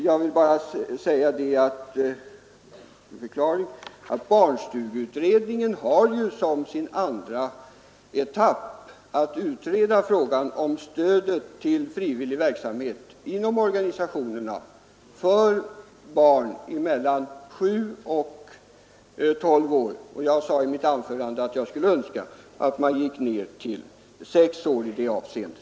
Jag vill bara säga att barnstugeutredningen ju som sin andra etapp har att utreda frågan om stödet till frivillig verksamhet inom organisationerna när det gäller barn mellan sju och tolv år. Jag sade i mitt anförande att jag skulle önska att åldersgränsen sänktes till sex år i det avseendet.